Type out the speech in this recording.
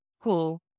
Cool